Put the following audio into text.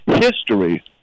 history